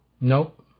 Nope